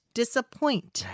disappoint